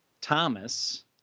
Thomas